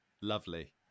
lovely